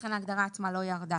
לכן ההגדרה עצמה לא ירדה.